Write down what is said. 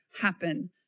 happen